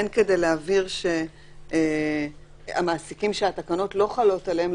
הן כדי להבהיר שהמעסיקים שהתקנות לא חלות עליהם,